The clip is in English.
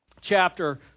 chapter